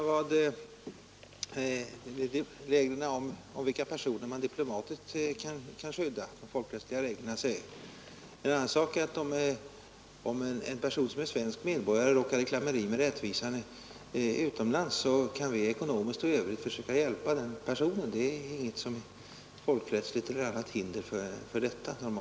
Herr talman! Vilka personer man diplomatiskt kan skydda enligt de folkrättsliga reglerna är en sak. En annan sak är att om en person som är svensk medborgare råkar i klammeri med rättvisan utomlands kan vi ekonomiskt och i övrigt försöka hjälpa den personen. Normalt sett finns det inget folkrättsligt eller annat hinder för detta.